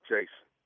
Jason